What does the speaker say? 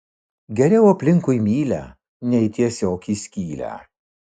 geriau aplinkui mylią nei tiesiog į skylę